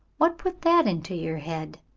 what put that into your head?